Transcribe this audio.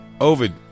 Ovid